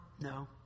No